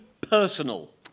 personal